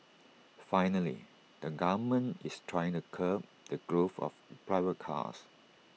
finally the government is trying to curb the growth of private cars